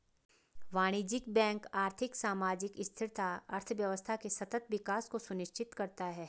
वाणिज्यिक बैंक आर्थिक, सामाजिक स्थिरता, अर्थव्यवस्था के सतत विकास को सुनिश्चित करता है